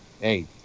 Hey